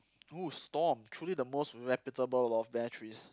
!woo! storm truly the most reputable of batteries